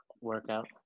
workout